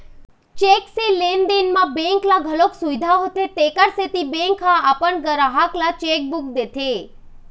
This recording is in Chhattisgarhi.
चेक से लेन देन म बेंक ल घलोक सुबिधा होथे तेखर सेती बेंक ह अपन गराहक ल चेकबूक देथे